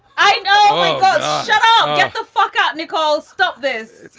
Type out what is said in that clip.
i know shut um yeah the fuck up. nicole, stop this.